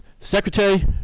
secretary